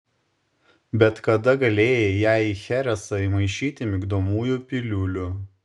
bet kada galėjai jai į cheresą įmaišyti migdomųjų piliulių